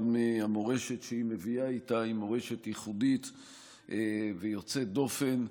גם המורשת שהיא מביאה איתה היא מורשת ייחודית ויוצאת דופן.